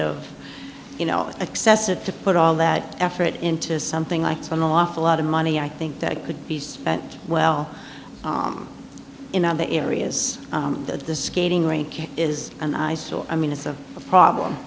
of you know excessive to put all that effort into something like an awful lot of money i think that could be spent well in other areas of the skating rink is an eyesore i mean it's a problem